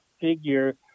figure